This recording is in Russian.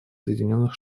соединенных